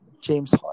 James